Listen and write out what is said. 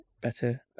better